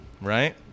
right